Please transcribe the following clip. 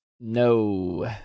No